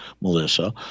Melissa